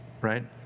right